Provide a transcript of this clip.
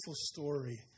story